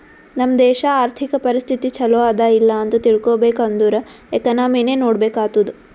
ನಮ್ ದೇಶಾ ಅರ್ಥಿಕ ಪರಿಸ್ಥಿತಿ ಛಲೋ ಅದಾ ಇಲ್ಲ ಅಂತ ತಿಳ್ಕೊಬೇಕ್ ಅಂದುರ್ ಎಕನಾಮಿನೆ ನೋಡ್ಬೇಕ್ ಆತ್ತುದ್